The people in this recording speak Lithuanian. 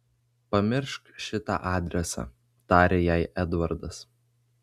pamiršk šitą adresą tarė jai edvardas